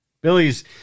Billy's